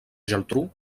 geltrú